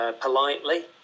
politely